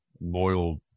loyal